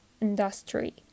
industry